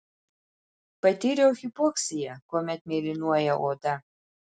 patyriau hipoksiją kuomet mėlynuoja oda